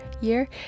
year